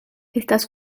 estas